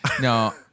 No